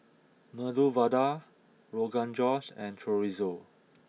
Medu Vada Rogan Josh and Chorizo